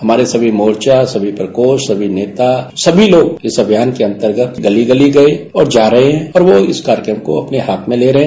हमारे सभी मोर्चा सभी प्रकोष्ठ सभी नेता सभी लोग इस अभियान के अन्तर्गत गली गीली गये और जा रहे हैं और वह इस कार्यकम को अपने हाथ में ले रहे हैं